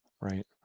Right